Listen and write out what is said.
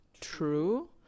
true